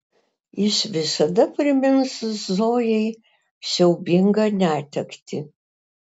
jis visada primins zojai siaubingą netektį